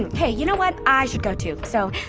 hey, you know what? i should go too. so.